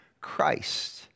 Christ